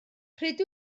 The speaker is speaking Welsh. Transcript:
pryd